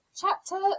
chapter